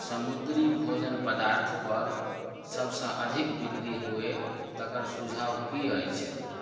समुद्री भोजन पदार्थपर सबसँ अधिक विक्री हुअए तकर सुझाव की अछि